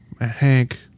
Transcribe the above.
Hank